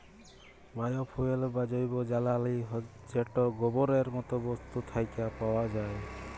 bio fuel বা জৈব জ্বালালী যেট গোবরের মত বস্তু থ্যাকে পাউয়া যায়